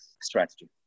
strategy